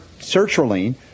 sertraline